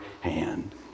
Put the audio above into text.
hand